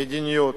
מדיניות,